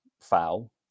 foul